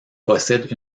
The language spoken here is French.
possède